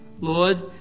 Lord